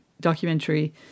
documentary